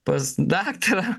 pas daktarą